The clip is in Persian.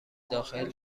داخل